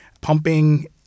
pumping